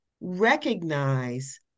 recognize